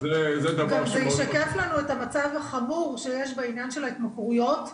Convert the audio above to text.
גם זה ישקף לנו את המצב החמור שיש בעניין של ההתמכרויות,